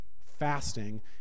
fasting